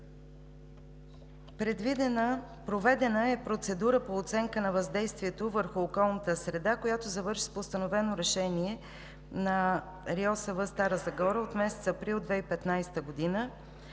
Проведена е процедура по оценка на въздействието върху околната среда, която завърши с постановено решение на РИОСВ – Стара Загора, от месец април 2015 г.